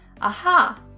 Aha